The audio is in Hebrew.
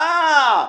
אה,